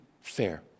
fair